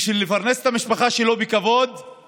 בשביל לפרנס את המשפחה שלו בכבוד הוא